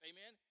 Amen